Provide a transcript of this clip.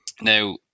Now